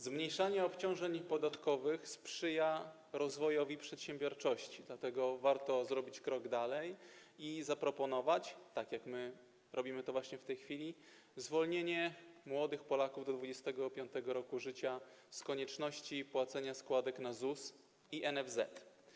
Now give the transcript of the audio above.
Zmniejszanie obciążeń podatkowych sprzyja rozwojowi przedsiębiorczości, dlatego warto zrobić krok dalej i zaproponować - tak jak my robimy to właśnie w tej chwili - zwolnienie młodych Polaków do 25. roku życia z konieczności płacenia składek na ZUS i NFZ.